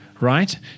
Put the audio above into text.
right